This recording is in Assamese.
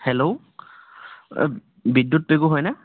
হেল্ল' বিদ্যুৎ পেগু হয়নে